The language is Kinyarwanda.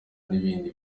n’ibindi